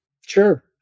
Sure